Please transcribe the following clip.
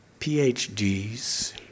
PhDs